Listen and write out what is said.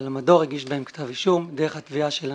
אבל המדור הגיש בהם כתב אישום דרך התביעה שלנו.